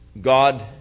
God